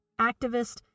activist